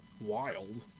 Wild